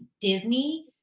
Disney